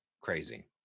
crazy